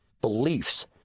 beliefs